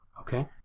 Okay